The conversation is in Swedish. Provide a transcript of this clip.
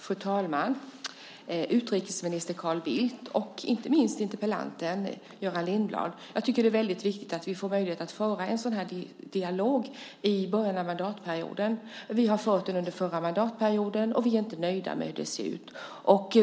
Fru talman! Utrikesminister Carl Bildt och inte minst interpellanten Göran Lindblad! Jag tycker att det är väldigt viktigt att vi får möjlighet att föra en sådan här dialog i början av mandatperioden. Vi förde den under förra mandatperioden, och vi är inte nöjda med hur det ser ut.